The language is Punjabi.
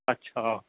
ਅੱਛਾ